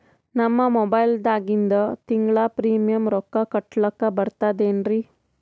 ನಮ್ಮ ಮೊಬೈಲದಾಗಿಂದ ತಿಂಗಳ ಪ್ರೀಮಿಯಂ ರೊಕ್ಕ ಕಟ್ಲಕ್ಕ ಬರ್ತದೇನ್ರಿ?